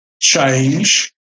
change